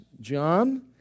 John